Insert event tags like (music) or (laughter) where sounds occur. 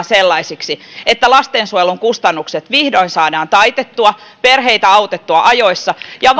(unintelligible) sellaisiksi että lastensuojelun kustannukset vihdoin saadaan taitettua perheitä autettua ajoissa ja (unintelligible)